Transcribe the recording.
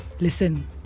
Listen